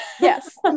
Yes